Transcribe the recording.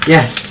Yes